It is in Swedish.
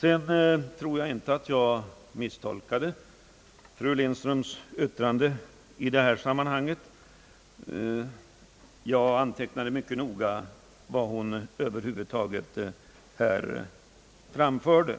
Jag tror vidare inte, att jag misstolkade fru Lindströms yttrande i detta sammanhang. Jag antecknade mycket noga allt vad hon framförde.